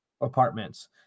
apartments